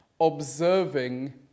observing